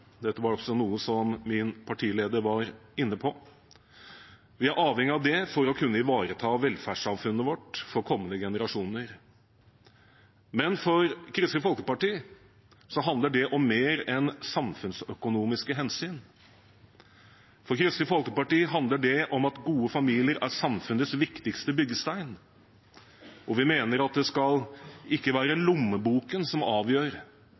Dette var også noe min partileder var inne på. Vi er avhengig av det for å kunne ivareta velferdssamfunnet vårt for kommende generasjoner. Men for Kristelig Folkeparti handler det om mer enn samfunnsøkonomiske hensyn. For Kristelig Folkeparti handler det om at gode familier er samfunnets viktigste byggestein, og vi mener at det skal ikke være lommeboken som avgjør